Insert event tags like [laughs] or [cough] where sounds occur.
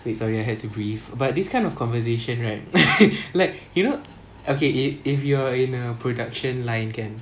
wait sorry I had to breathe but this kind of conversation right [laughs] like you know okay if if you are in a production line kan